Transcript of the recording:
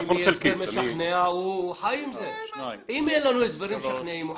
אם אין לנו הסברים משכנעים,